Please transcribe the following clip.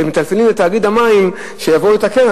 ומטלפנים לתאגיד המים שיבוא לתקן,